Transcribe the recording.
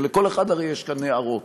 הרי לכל אחד יש כאן הערות